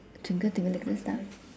twinkle twinkle little star